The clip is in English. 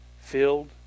Filled